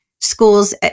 schools